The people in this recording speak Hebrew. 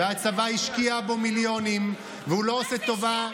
הצבא השקיע בו מיליונים, והוא לא עושה טובה.